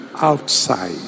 outside